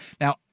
Now